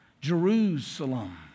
Jerusalem